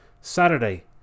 Saturday